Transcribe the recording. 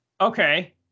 Okay